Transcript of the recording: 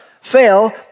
fail